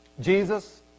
Jesus